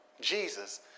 Jesus